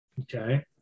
Okay